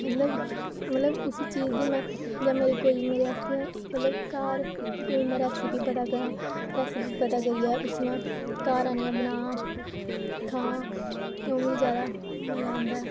मतलब मतलब उस चीज़ गी में जां मेरी कोई मेरे आस्तै मतलब घर कोई में रेसिपी पता करांऽ रेसिपी पता करियै उसी में घर आनियै बनांऽ खांऽ ओह् मिगी जादा मज़ा आंदा ऐ